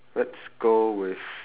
let's go with